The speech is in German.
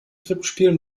krippenspiel